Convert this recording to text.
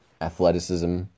athleticism